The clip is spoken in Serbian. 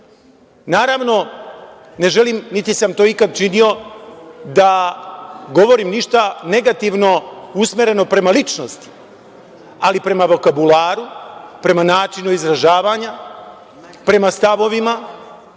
Naravno, ne želim, niti sam to ikada činio da govorim ništa negativno usmereno protiv ličnosti, ali prema vokabularu, prema načinu izražavanja, prema stavovima,